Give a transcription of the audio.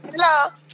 Hello